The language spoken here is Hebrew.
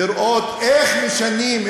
לראות איך משנים,